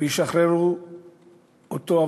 וישחררו אותו.